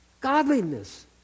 Godliness